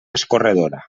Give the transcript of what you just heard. escorredora